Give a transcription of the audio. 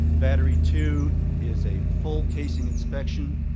battery two is a full casing inspection